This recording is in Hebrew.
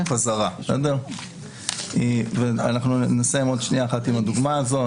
אנחנו נסיים עוד שנייה אחת עם הדוגמה הזאת.